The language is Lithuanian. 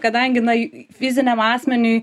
kadangi na fiziniam asmeniui